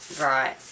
Right